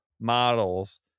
models